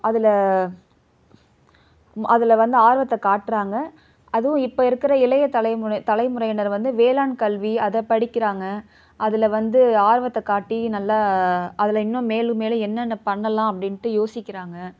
அதில் அதில் வந்து ஆர்வத்தை காட்டுறாங்க அதுவும் இப்போ இருக்கிற இளைய தலைமுறை தலைமுறையினர் வந்து வேளாண் கல்வி அதை படிக்கின்றாங்க அதில் வந்து ஆர்வத்தை காட்டி நல்ல அதில் இன்னும் மேலும் மேலும் என்னென்ன பண்ணலாம் அப்படின்ட்டு யோசிக்கிறாங்க